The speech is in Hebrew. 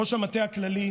שמענו שהתוכנית היא